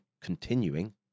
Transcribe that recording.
continuing